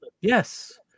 Yes